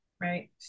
right